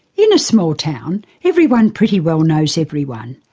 in a small town, everyone pretty well knows everyone.